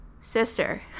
Sister